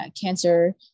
cancer